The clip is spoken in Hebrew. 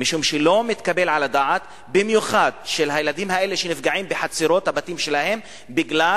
לא מתקבל על הדעת שהילדים האלה נפגעים במיוחד בחצרות הבתים שלהם בגלל